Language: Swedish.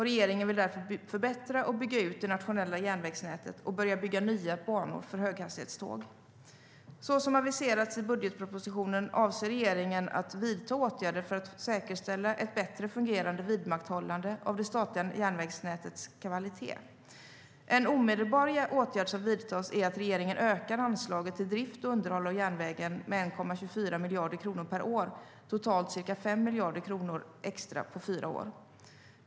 Regeringen vill därför förbättra och bygga ut det nationella järnvägsnätet och börja bygga nya banor för höghastighetståg. Såsom aviserats i budgetpropositionen avser regeringen att vidta åtgärder för att säkerställa ett bättre fungerande vidmakthållande av det statliga järnvägsnätets kvalitet. En omedelbar åtgärd som vidtas är att regeringen ökar anslagen till drift och underhåll av järnvägen med 1,24 miljarder kronor per år, totalt ca 5 miljarder kronor extra på fyra år.